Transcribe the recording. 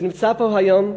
שנמצא פה היום,